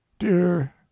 Dear